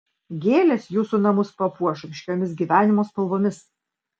gėlės jūsų namus papuoš ryškiomis gyvenimo spalvomis